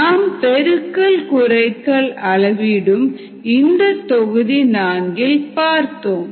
நாம் பெருக்கல் குறைத்தல் அளவீடும் இந்த தொகுதி நான்கில் பார்த்தோம்